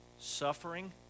suffering